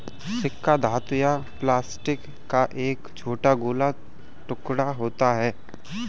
सिक्का धातु या प्लास्टिक का एक छोटा गोल टुकड़ा होता है